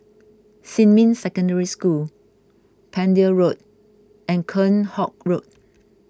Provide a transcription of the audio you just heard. Xinmin Secondary School Pender Road and Kheam Hock Road